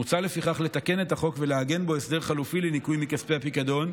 מוצע לתקן את החוק ולעגן בו הסדר חלופי לניכוי מכספי הפיקדון,